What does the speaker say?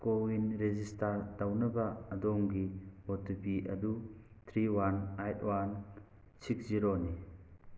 CoWIN register ꯇꯧꯅꯕ ꯑꯗꯣꯝꯒꯤ O T P ꯑꯗꯨ three one eight one six ꯖꯤꯔꯣꯅꯤ